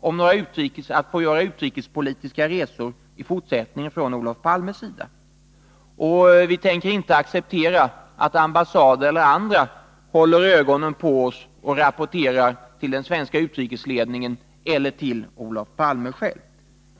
om lov att få göra utrikespolitiska resor i fortsättningen. Och vi tänker inte acceptera att ambassader eller andra håller ögonen på oss och rapporterar till den svenska utrikesledningen eller till Olof Palme själv.